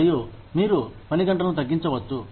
మరియు మీరు పని గంటలను తగ్గించవచ్చు